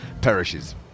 perishes